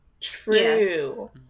True